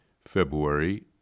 February